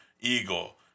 Eagle